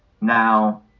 now